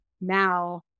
now